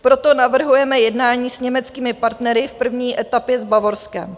Proto navrhujeme jednání s německými partnery, v první etapě s Bavorskem.